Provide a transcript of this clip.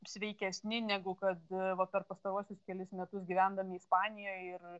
sveikesni negu kad va per pastaruosius kelis metus gyvendami ispanijoje ir